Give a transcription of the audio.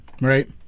Right